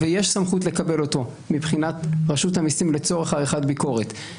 ויש סמכות לקבל אותו מבחינת רשות המסים לצורך עריכת ביקורת,